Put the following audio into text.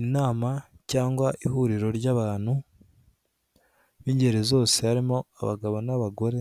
Inama cyangwa ihuriro ry'abantu b'ingeri zose harimo abagabo n'abagore